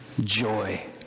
joy